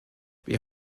wir